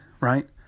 Right